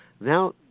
Now